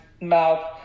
mouth